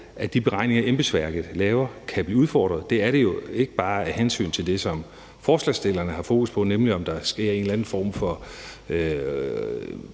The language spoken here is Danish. at de beregninger, embedsværket laver, kan blive udfordret. Det er jo ikke bare af hensyn til det, som forslagsstillerne har fokus på, nemlig om der sker en eller anden form for